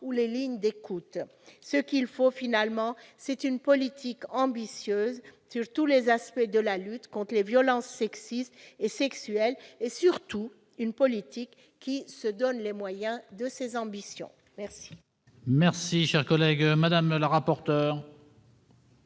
les lignes d'écoute. Ce qu'il faut, finalement, c'est une politique ambitieuse sur tous les aspects de la lutte contre les violences sexistes et sexuelles, et surtout une politique qui se donne les moyens de ses ambitions. Quel